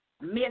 miss